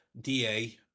DA